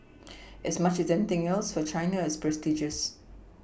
as much as anything else for China it's prestigious